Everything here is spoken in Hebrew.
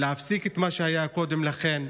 להפסיק את מה שהיה קודם לכן,